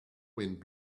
wind